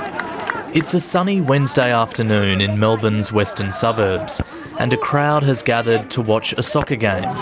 it's a sunny wednesday afternoon in melbourne's western suburbs and a crowd has gathered to watch a soccer game.